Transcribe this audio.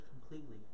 completely